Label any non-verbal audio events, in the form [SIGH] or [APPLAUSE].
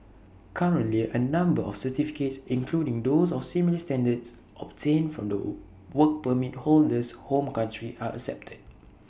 currently A number of certificates including those of similar standards obtained from the [UNINTELLIGIBLE] Work Permit holder's home country are accepted